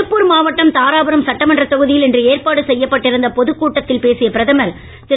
திருப்பூர் மாவட்டம் தாராபுரம் சட்டமன்றத் தொகுதியில்இ இன்று ஏற்பாடு செய்யப்பட்டிருந்தஇ பொதுக் கூட்டத்தில் பேசிய பிரதமர் திரு